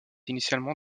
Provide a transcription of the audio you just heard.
initialement